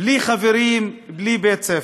בלי חברים, בלי בית-ספר.